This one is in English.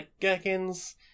gherkins